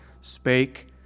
spake